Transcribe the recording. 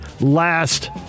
last